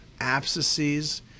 abscesses